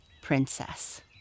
princess